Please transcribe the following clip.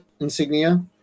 insignia